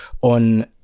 on